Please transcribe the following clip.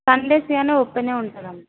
Sundays కానీ open ఉంటుంది అమ్మ